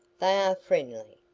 they are friendly.